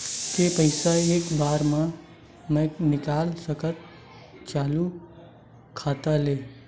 के पईसा एक बार मा मैं निकाल सकथव चालू खाता ले?